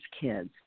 kids